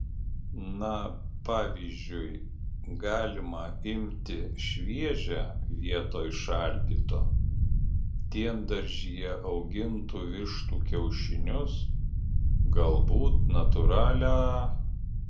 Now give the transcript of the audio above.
na pavyzdžiui galima imti šviežią vietoj šaldyto diendaržyje augintų vištų kiaušinius galbūt natūralią